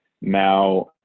now